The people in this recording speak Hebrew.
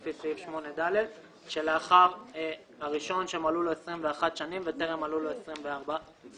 לפי סעיף 8(ד) --- שמלאו לו 21 שנים וטרם מלאו לו 24 שנים.